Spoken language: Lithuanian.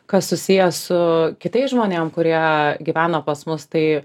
kas susiję su kitais žmonėm kurie gyveno pas mus tai